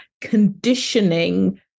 conditioning